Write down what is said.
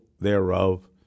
thereof